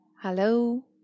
Hello